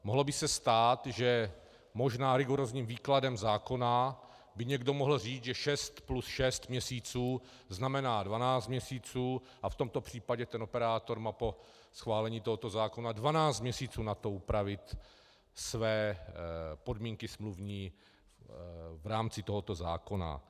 Mohlo by se stát, že možná rigorózním výkladem zákona by někdo mohl říct, že šest plus šest měsíců znamená dvanáct měsíců a v tomto případě ten operátor má po schválení tohoto zákona dvanáct měsíců na to upravit své smluvní podmínky v rámci tohoto zákona.